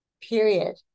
Period